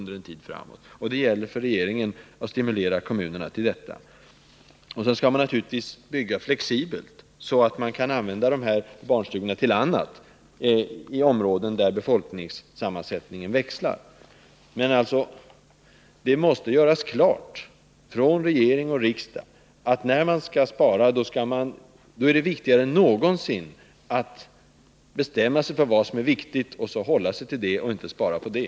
Det gäller alltså för regeringen att stimulera kommunerna till en vettig hushållning. Sedan skall man naturligtvis bygga flexibelt, så att man kan använda barnstugorna till annat i områden där befolkningssammansättningen växlar. Men det måste göras klart från regering och riksdag att när man skall spara är det viktigare än någonsin att bestämma sig för vad som är angeläget och sedan hålla sig till det.